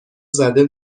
زده